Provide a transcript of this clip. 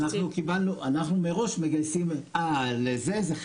אה, לזה?